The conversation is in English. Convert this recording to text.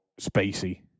spacey